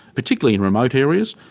particularly in remote areas,